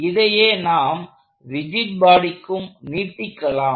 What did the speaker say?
இதையே நாம் ரிஜிட் பாடிக்கும் நீட்டிக்கலாம்